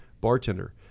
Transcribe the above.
bartender